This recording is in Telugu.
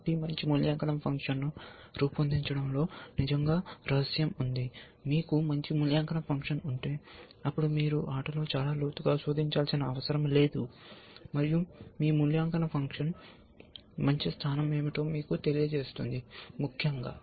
కాబట్టి మంచి మూల్యాంకనం ఫంక్షన్ను రూపొందించడంలో నిజంగా రహస్యం ఉంది మీకు మంచి మూల్యాంకన ఫంక్షన్ ఉంటే అప్పుడు మీరు ఆటలో చాలా లోతుగా శోధించాల్సిన అవసరం లేదు మరియు మీ మూల్యాంకన ఫంక్షన్ మంచి స్థానం ఏమిటో మీకు తెలియజేస్తుంది ముఖ్యంగా